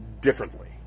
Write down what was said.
differently